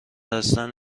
هستند